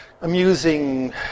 amusing